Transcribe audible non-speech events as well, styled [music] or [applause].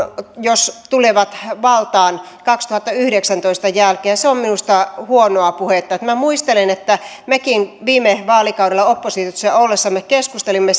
jos tulevat valtaan vuoden kaksituhattayhdeksäntoista jälkeen se on minusta huonoa puhetta minä muistelen että mekin viime vaalikaudella oppositiossa ollessamme keskustelimme [unintelligible]